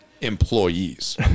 employees